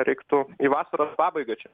reiktų į vasaros pabaigą čia